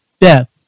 death